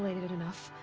i mean it it enough.